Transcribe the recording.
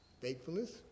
faithfulness